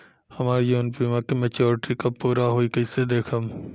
हमार जीवन बीमा के मेचीयोरिटी कब पूरा होई कईसे देखम्?